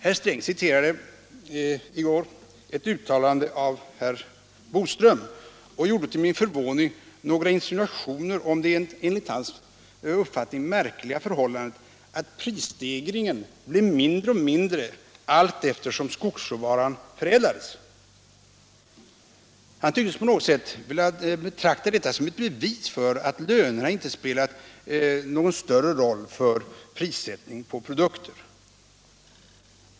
Herr Sträng citerade i går ett uttalande av herr Bodström och gjorde till min förvåning några insinuationer om det förhållandet att prisstegringen enligt hans uppfattning blev mindre och mindre allteftersom skogsråvaran förädlas. Herr Sträng tycktes på något sätt vilja betrakta detta som ett bevis på att lönerna inte har spelat någon större roll för prissättningen på produkterna.